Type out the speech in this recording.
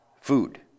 Food